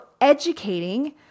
educating